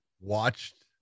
watched